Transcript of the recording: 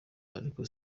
ariko